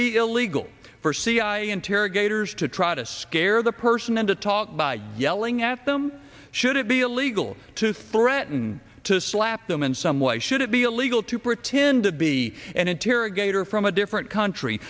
be illegal for cia interrogators to try to scare the person into talk by yelling at them should it be illegal to threaten to slap them and some why should it be illegal to pretend to be an interrogator from a different country